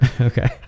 okay